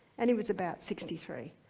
and he was about sixty three.